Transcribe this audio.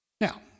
Now